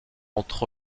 entre